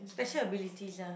special abilities ah